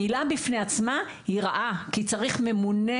המילה בפני עצמה היא רעה כי צריך ממונה